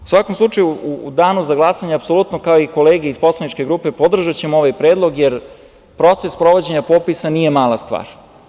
U svakom slučaju u danu za glasanje apsolutno, kao i kolege iz poslaničke grupe, podržaćemo ovaj predlog, jer proces sprovođenja nije mala stvar.